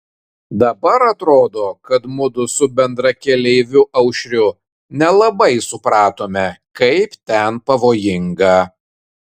dabar atrodo kad mudu su bendrakeleiviu aušriu nelabai supratome kaip ten pavojinga